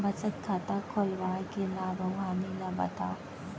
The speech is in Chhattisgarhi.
बचत खाता खोलवाय के लाभ अऊ हानि ला बतावव?